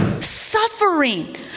Suffering